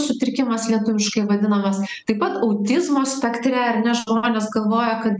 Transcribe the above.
sutrikimas lietuviškai vadinamas taip pat autizmo spektre ar ne žmonės galvoja kad